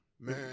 Man